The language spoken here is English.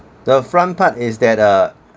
the front part is that uh